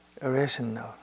rational